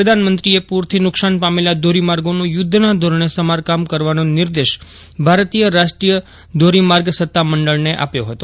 પ્રધાનમંત્રીએ પૂરથી નુકશાન પાયેલા ધોરીમાર્ગોનું યુદ્ધના ધોરક્ષે સમારકાય કરવાનો નિર્દેશ ભારતીય રાષ્ટ્રીય ધોરીયાર્ગ સત્તામંડળને આપ્યો હતો